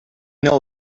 know